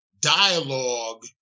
dialogue